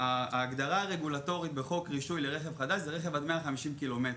ההגדרה הרגולטורית בחוק רישוי רכב חדש זה רכב עד 150 קילומטר.